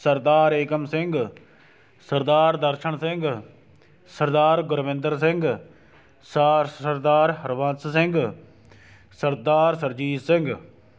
ਸਰਦਾਰ ਏਕਮ ਸਿੰਘ ਸਰਦਾਰ ਦਰਸ਼ਨ ਸਿੰਘ ਸਰਦਾਰ ਗੁਰਵਿੰਦਰ ਸਿੰਘ ਸਾਰ ਸਰਦਾਰ ਹਰਬੰਸ ਸਿੰਘ ਸਰਦਾਰ ਸੁਰਜੀਤ ਸਿੰਘ